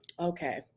Okay